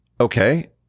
Okay